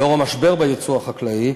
לנוכח המשבר ביצוא החקלאי,